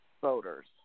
voters